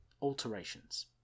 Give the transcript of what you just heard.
Alterations